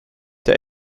der